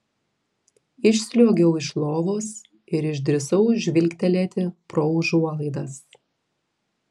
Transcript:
išsliuogiau iš lovos ir išdrįsau žvilgtelėti pro užuolaidas